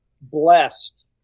blessed